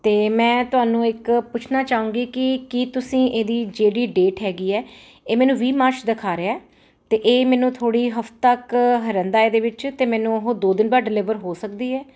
ਅਤੇ ਮੈਂ ਤੁਹਾਨੂੰ ਇੱਕ ਪੁੱਛਣਾ ਚਾਹੂੰਗੀ ਕਿ ਕੀ ਤੁਸੀਂ ਇਹਦੀ ਜਿਹੜੀ ਡੇਟ ਹੈਗੀ ਹੈ ਇਹ ਮੈਨੂੰ ਵੀਹ ਮਾਰਚ ਦਿਖਾ ਰਿਹਾ ਅਤੇ ਇਹ ਮੈਨੂੰ ਥੋੜ੍ਹੀ ਹਫਤਾ ਕੁ ਰਹਿੰਦਾ ਇਹਦੇ ਵਿੱਚ ਅਤੇ ਮੈਨੂੰ ਉਹ ਦੋ ਦਿਨ ਬਾਅਦ ਡਲੀਵਰ ਹੋ ਸਕਦੀ ਹੈ